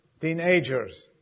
teenagers